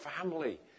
family